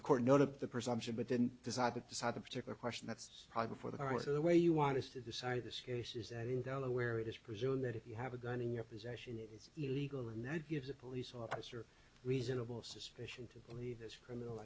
the court not of the presumption but then decide to decide the particular question that's probably for the rest of the way you want us to decide this case is that in delaware it is presume that if you have a gun in your possession it is illegal in that it gives a police officer reasonable suspicion to believe this criminal